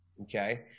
okay